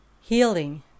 Healing